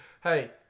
Hey